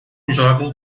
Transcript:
jovem